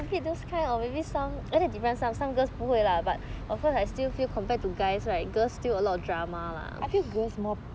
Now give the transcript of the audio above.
I feel girl more